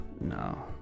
No